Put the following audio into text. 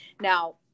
Now